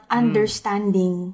understanding